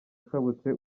ushabutse